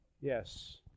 Yes